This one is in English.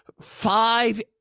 five